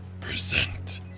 Present